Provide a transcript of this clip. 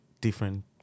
different